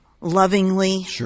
lovingly